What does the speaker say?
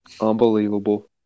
Unbelievable